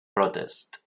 protest